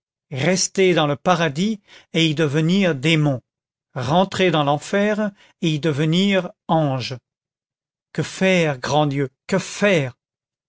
rester dans le paradis et y devenir démon rentrer dans l'enfer et y devenir ange que faire grand dieu que faire